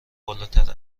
بالاتر